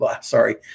sorry